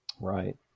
Right